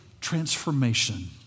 transformation